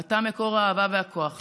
אתה מקור האהבה והכוח שלי.